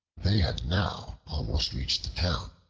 they had now almost reached the town.